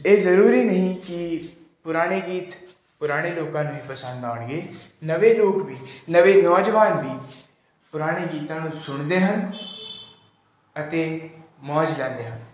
ਇਹ ਜ਼ਰੂਰੀ ਨਹੀਂ ਕਿ ਪੁਰਾਣੇ ਗੀਤ ਪੁਰਾਣੇ ਲੋਕਾਂ ਨੂੰ ਹੀ ਪਸੰਦ ਆਉਣਗੇ ਨਵੇਂ ਲੋਕ ਵੀ ਨਵੇਂ ਨੌਜਵਾਨ ਵੀ ਪੁਰਾਣੇ ਗੀਤਾਂ ਨੂੰ ਸੁਣਦੇ ਹਨ ਅਤੇ ਮੌਜ ਲੈਂਦੇ ਹਨ